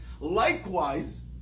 likewise